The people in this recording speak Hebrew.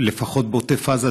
לפחות בעוטף-עזה,